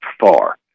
far